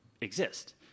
exist